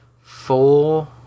four